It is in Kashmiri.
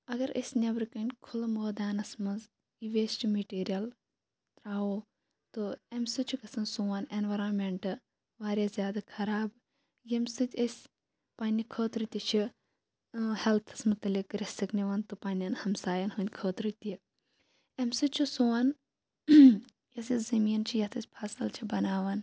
اگر أسۍ نٮ۪برٕ کَنۍ کھُلہٕ مٲدانَس منٛز یہِ ویسٹہٕ میٹیٖرِیَل ترٛاوو تہٕ امہِ سۭتۍ چھُ گَژھان سون اینورانمینٛٹ واریاہ زیادٕ خَراب ییٚمہِ سۭتۍ أسۍ پَننہِ خٲطرٕ تہِ چھِ ہیٚلتھَس مُتعلِق رِسٕک نِوان تہٕ پَننٮ۪ن ہَمسایَن ہٕنٛدۍ خٲطرٕ تہِ امہِ سۭتۍ چھُ سون یۄس یہٕ زٔمیٖن چھِ یَتھ أسۍ فَصل چھِ بناوان